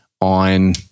on